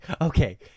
Okay